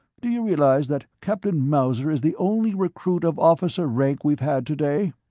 do you realize that captain mauser is the only recruit of officer rank we've had today?